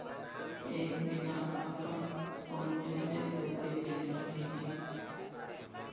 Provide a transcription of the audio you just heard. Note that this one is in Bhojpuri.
एक मिला आपन फोन्वे से तोके पइसा भेजी